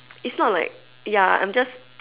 it's not like ya I'm just